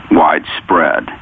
widespread